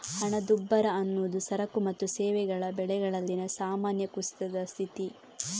ಹಣದುಬ್ಬರ ಅನ್ನುದು ಸರಕು ಮತ್ತು ಸೇವೆಗಳ ಬೆಲೆಗಳಲ್ಲಿನ ಸಾಮಾನ್ಯ ಕುಸಿತದ ಸ್ಥಿತಿ